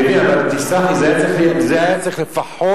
אני מבין, אבל תסלח לי, זה היה צריך לפחות